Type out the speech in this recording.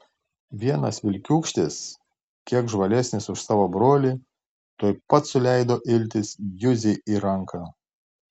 vienas vilkiūkštis kiek žvalesnis už savo brolį tuoj pat suleido iltis juzei į ranką